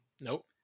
nope